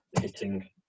Hitting